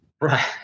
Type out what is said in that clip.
Right